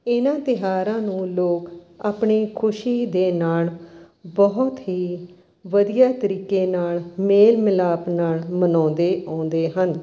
ਇਹਨਾਂ ਤਿਉਹਾਰਾਂ ਨੂੰ ਲੋਕ ਆਪਣੇ ਖੁਸ਼ੀ ਦੇ ਨਾਲ਼ ਬਹੁਤ ਹੀ ਵਧੀਆ ਤਰੀਕੇ ਨਾਲ਼ ਮੇਲ ਮਿਲਾਪ ਨਾਲ਼ ਮਨਾਉਂਦੇ ਆਉਂਦੇ ਹਨ